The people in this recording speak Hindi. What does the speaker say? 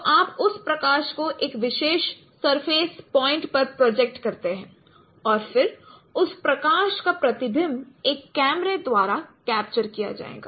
तो आप उस प्रकाश को एक विशेष सरफेस पॉइंट पर प्रोजेक्ट करते हैं और फिर उस प्रकाश का प्रतिबिंब एक कैमरे द्वारा कैप्चर किया जाएगा